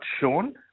shown